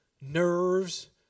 nerves